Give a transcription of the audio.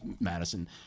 Madison